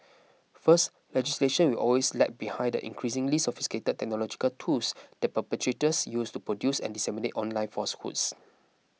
first legislation will always lag behind the increasingly sophisticated technological tools that perpetrators use to produce and disseminate online falsehoods